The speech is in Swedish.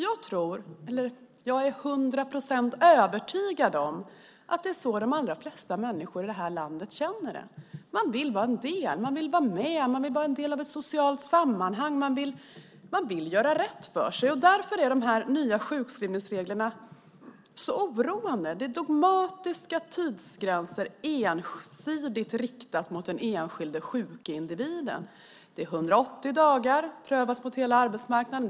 Jag är till hundra procent övertygad om att det är så de allra flesta människor i vårt land känner. Man vill vara med, man vill vara en del av ett socialt sammanhang och man vill göra rätt för sig. Därför är de nya sjukskrivningsreglerna oroande. Det är dogmatiska tidsgränser ensidigt riktade mot den enskilde sjuke individen. Efter 180 dagar ska man prövas mot hela arbetsmarknaden.